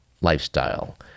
lifestyle